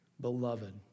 Beloved